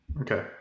okay